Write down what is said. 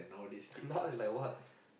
now is like what